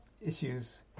issues